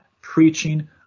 preaching